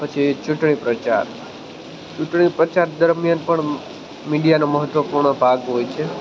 પછી ચૂંટણી પ્રચાર ચૂંટણી પ્રચાર દરમ્યાન પણ મીડિયાનો મહત્ત્વપૂર્ણ ભાગ હોય છે